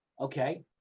okay